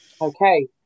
Okay